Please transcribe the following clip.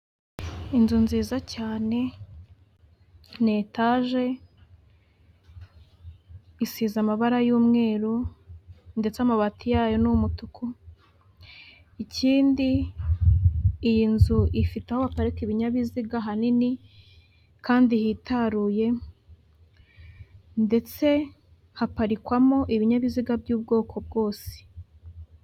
Inzu nziza cyane, ni etaje, isize amabara y'umweru, ndetse amabati yayo ni umutuku, ikindi, iyi nzu ifite aho baparika ibinyabiziga hanini kandi hitaruye, ndetse haparikwamo ibinyabiziga by'ubwoko bwose.